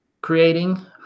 creating